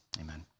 Amen